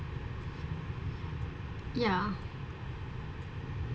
ya